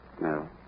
No